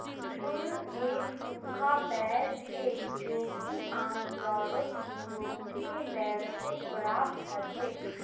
prune एक सूखा बेर छेक जो कि आमतौरत यूरोपीय बेर से प्राप्त हछेक